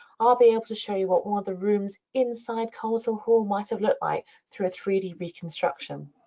i'll be able to show you what one of the rooms inside coleshill hall might've looked like through a three d reconstruction.